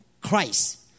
Christ